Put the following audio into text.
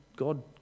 God